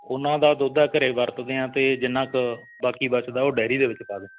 ਉਹਨਾਂ ਦਾ ਦੁੱਧ ਆ ਘਰ ਵਰਤਦੇ ਹਾਂ ਅਤੇ ਜਿੰਨਾ ਕੁ ਬਾਕੀ ਬਚਦਾ ਉਹ ਡੈਅਰੀ ਦੇ ਵਿਚ ਪਾ ਦਿੰਦੇ